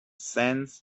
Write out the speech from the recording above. sands